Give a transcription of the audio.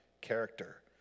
character